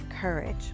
courage